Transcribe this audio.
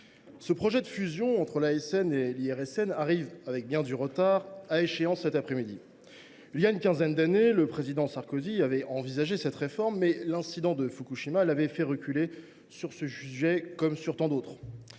ce projet de fusion entre l’ASN et l’IRSN arrive à son terme, avec bien du retard, cet après midi. Il y a une quinzaine d’années, le Président Sarkozy avait envisagé cette réforme, mais l’incident de Fukushima l’avait fait reculer, sur ce sujet comme sur tant d’autres.